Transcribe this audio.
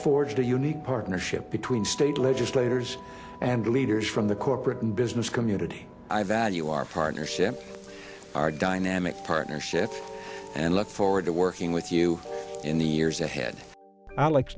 forged a unique partnership between state legislators and leaders from the corporate and business community i value our partnerships our dynamic partnerships and look forward to working with you in the years ahead